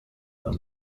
were